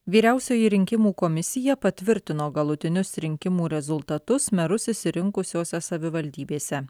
vyriausioji rinkimų komisija patvirtino galutinius rinkimų rezultatus merus išsirinkusiose savivaldybėse